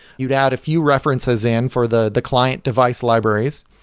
you'd add a few references in for the the client device libraries.